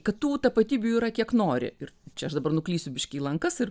kad tų tapatybių yra kiek nori ir čia aš dabar nuklysiu biškį į lankas ir